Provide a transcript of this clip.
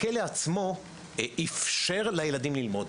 הכלא עצמו אפשר לילדים ללמוד,